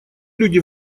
люди